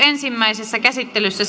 ensimmäisessä käsittelyssä